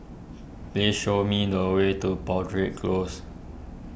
please show me the way to Broadrick Close